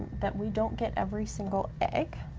that we don't get every single egg,